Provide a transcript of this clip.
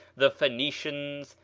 the phoenicians,